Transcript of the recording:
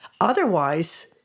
Otherwise